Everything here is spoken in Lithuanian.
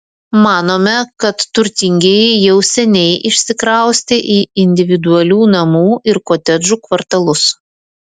manome kad turtingieji jau seniai išsikraustė į individualių namų ir kotedžų kvartalus